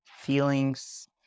feelings